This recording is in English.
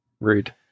rude